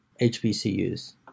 HBCUs